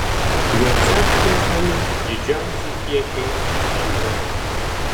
jose aptinkami didžiausi kiekiai bisfenolio